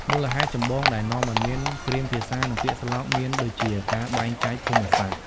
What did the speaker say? មូលហេតុចម្បងដែលនាំឲ្យមានគ្រាមភាសានិងពាក្យស្លោកមានដូចជា ការបែកចែកភូមិសាស្ត្រ។